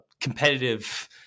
competitive